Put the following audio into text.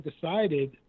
decided